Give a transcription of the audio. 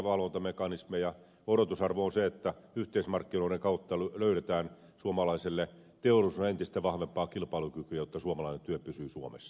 odotusarvo on se että yhteismarkkinoiden kautta löydetään suomalaiselle teollisuudelle entistä vahvempaa kilpailukykyä jotta suomalainen työ pysyy suomessa